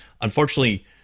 Unfortunately